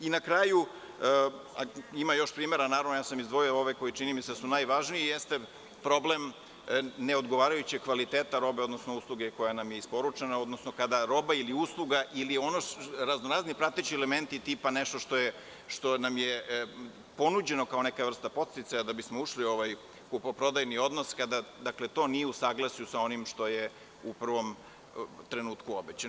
Na kraju, ima još primera, a izdvojio sam ove koji su čini mi se najvažniji, jeste problem neodgovarajućeg kvaliteta robe, odnosno usluge koja nam je isporučena, kada roba ili usluga ili ono što su raznorazni prateći elementi, tipa nešto što nam je ponuđeno kao neka vrsta podsticaja da bismo ušli u ovaj kupoprodajni odnos, kada to nije u saglasju sa onim što je u prvom trenutku obećano.